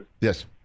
Yes